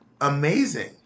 amazing